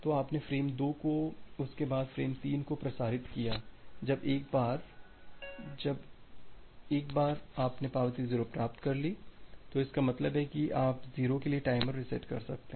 तो आपने फ्रेम 2 को उसके बाद फ्रेम 3 को प्रसारित किया है जब एक बार आपने पावती 0 प्राप्त कर ली तो इसका मतलब है आप 0 के लिए टाइमर रीसेट कर सकते हैं